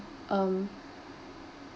um